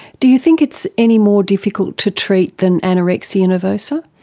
do you think it's any more difficult to treat than anorexia nervosa?